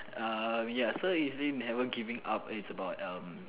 err ya so it's never giving up is about um